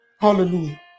Hallelujah